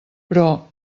però